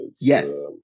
Yes